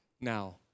now